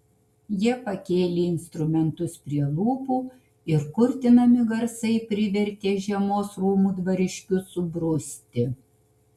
jie pakėlė instrumentus prie lūpų ir kurtinami garsai privertė žiemos rūmų dvariškius subruzti